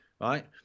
right